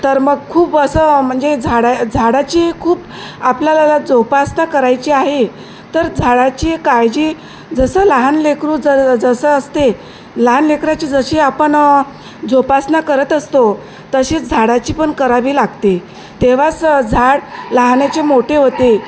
तर मग खूप असं म्हणजे झाड झाडाची खूप आपल्याला जोपासना करायची आहे तर झाडाची काळजी जसं लहान लेकरू ज जसं असते लहान लेकराची जशी आपण जोपासना करत असतो तशीच झाडाची पण करावी लागते तेव्हाच झाड लहानाचे मोठे होते